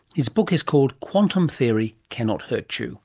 his book is called quantum theory cannot hurt you